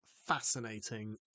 fascinating